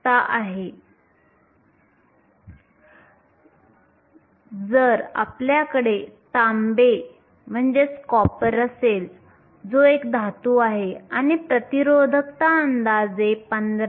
जर आपल्याकडे तांबे असेल जो एक धातू आहे आणि प्रतिरोधकता अंदाजे 15